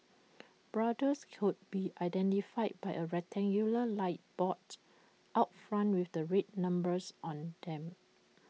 brothels could be identified by A rectangular light box out front with the red numbers on them